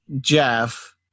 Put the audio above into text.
jeff